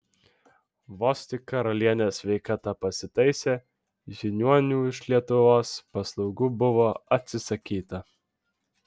vos tik karalienės sveikata pasitaisė žiniuonių iš lietuvos paslaugų buvo atsisakyta